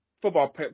football